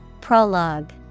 Prologue